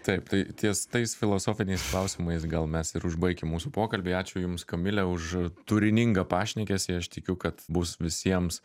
taip tai ties tais filosofiniais klausimais gal mes ir užbaikim mūsų pokalbį ačiū jums kamile už turiningą pašnekesį aš tikiu kad bus visiems